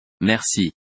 Merci